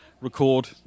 record